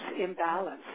imbalance